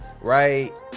right